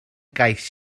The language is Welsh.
gais